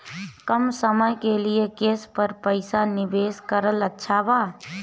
कम समय के लिए केस पर पईसा निवेश करल अच्छा बा?